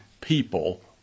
people